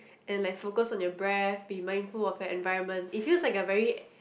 and like focus on your breath be mindful of your environment it feels like a very